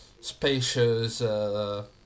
spacious